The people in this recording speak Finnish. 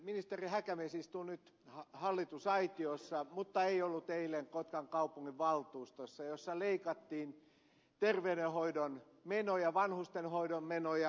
ministeri häkämies istuu nyt hallitusaitiossa mutta ei ollut eilen kotkan kaupunginvaltuustossa jossa leikattiin terveydenhoidon menoja vanhustenhoidon menoja